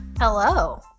Hello